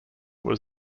was